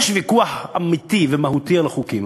יש ויכוח אמיתי ומהותי על חוקים,